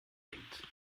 denkt